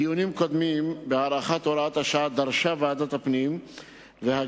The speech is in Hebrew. בדיונים קודמים בהארכת הוראת השעה דרשה ועדת הפנים והגנת